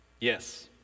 yes